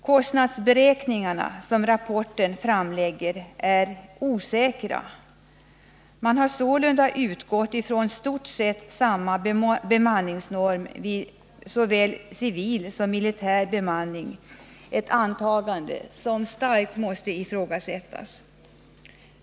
Kostnadsberäkningarna som framläggs i rapporten är osäkra. Man har sålunda utgått från i stort sett samma bemanningsnorm vid såväl civil som militär bemanning — ett antagande som starkt måste ifrågasättas.